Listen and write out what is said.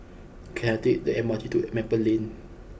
can I take the M R T to Maple Lane